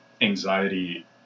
Anxiety